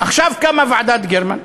עכשיו קמה ועדת גרמן,